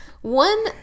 one